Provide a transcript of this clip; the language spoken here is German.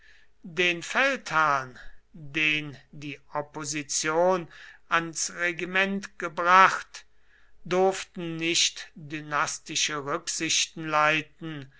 den feldherrn den die opposition ans regiment gebracht durften nicht dynastische rücksichten leiten